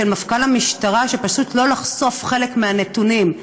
מפכ"ל המשטרה פשוט לא לחשוף חלק מהנתונים.